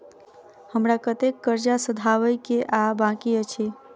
हमरा कतेक कर्जा सधाबई केँ आ बाकी अछि?